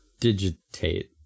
digitate